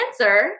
answer